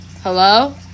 hello